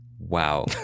wow